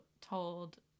told